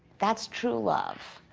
that's true love.